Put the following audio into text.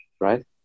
right